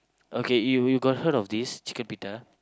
okay you you got heard of this chicken pita